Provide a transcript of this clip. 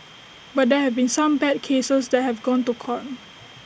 but there have been some bad cases that have gone to court